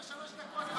תן לו שלוש דקות.